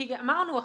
כי אמרנו,